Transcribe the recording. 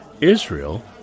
Israel